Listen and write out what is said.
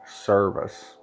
service